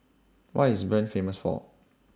What IS Bern Famous For